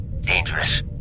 Dangerous